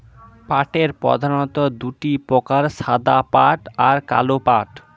পাটের প্রধানত দুটি প্রকার সাদা পাট আর কালো পাট